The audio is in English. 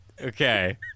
okay